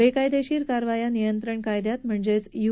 बेकायदेशीर कारवाया नियंत्रण कायद्यात म्हणजेच यू